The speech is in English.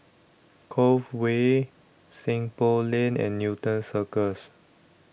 Cove Way Seng Poh Lane and Newton Cirus